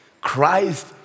Christ